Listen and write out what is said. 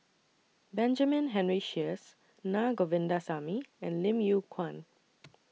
Benjamin Henry Sheares Na Govindasamy and Lim Yew Kuan